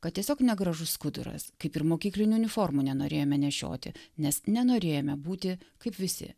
kad tiesiog negražus skuduras kaip ir mokyklinių uniformų nenorėjome nešioti nes nenorėjome būti kaip visi